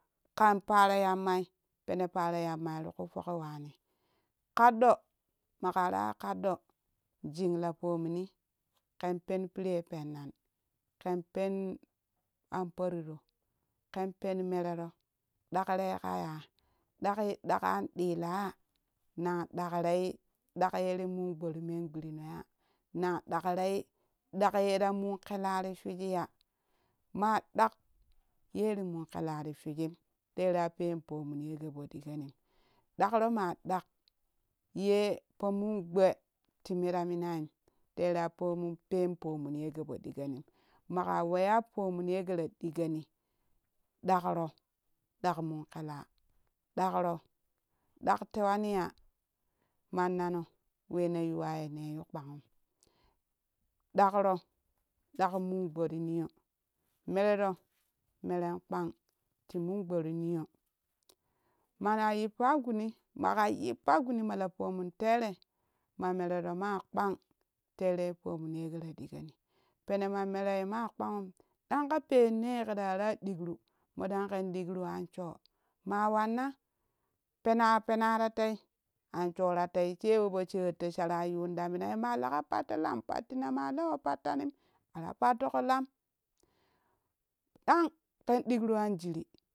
Ƙan paro yammai pene paro yan mai ti kufoki wani kadɗo maka raya kaɗɗo jink la pomuni ken pen perenne pennan ken pen an poriro ken pen meroro ɗaure ka ya ɗakki ɗak andilaza nan dakrei dak yere min gba ti men gberinoya dalerei ɗak yera mum kela ri shuji ya ma ɗak yeri mun kela ri shujim tera pen pomun yeke po digonim dakro ma dan ye to min gbee ti mera minam tera pomun pen pomun yege fo digonim maka weya pomun yege ra digoni ɗakro dak tewani ya mannano we ne yuwaye nei yupanum dak ro ɗak mungbaa ri niyo meriro menen kpan timun gbaa ti niyo mana yippa guni maka yippa guni ma lapomun tere ma merero ma kpan tenei pomu yake ra ɗigoni pene ma merei ma kpanun ɗan ka pen ne ke rara dikru modan ken digra censhoo ma wannan pena pena ra tai anshora tai she we po shetto shara zun ta minai ma leka patto laa pattina ma low pattanin ara pattanim ɗang ken ɗkru anjiri